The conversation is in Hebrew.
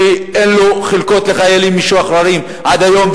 שאין לו חלקות לחיילים משוחררים עד היום,